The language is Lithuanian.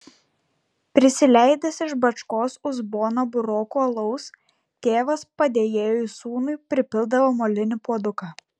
prisileidęs iš bačkos uzboną burokų alaus tėvas padėjėjui sūnui pripildavo molinį puoduką